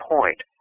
point